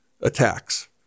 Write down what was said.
attacks